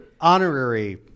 honorary